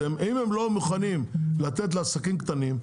אם הם לא מוכנים לתת לעסקים קטנים,